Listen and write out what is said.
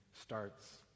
starts